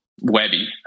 Webby